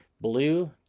blue